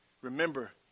Remember